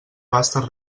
vastes